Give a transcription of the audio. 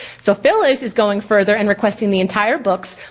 so phyllis is going further and requesting the entire books,